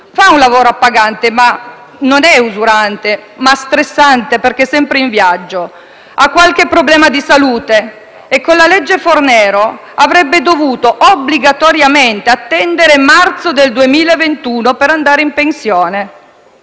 fa un lavoro appagante, non usurante, ma stressante, perché sempre in viaggio. Ha qualche problema di salute e, con la legge Fornero, avrebbe dovuto obbligatoriamente attendere marzo 2021 per andare in pensione.